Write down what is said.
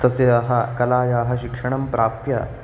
तस्याः कलायाः शिक्षणं प्राप्य